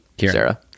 sarah